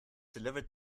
delivered